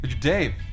Dave